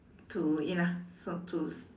to ya lah so to